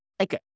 Okay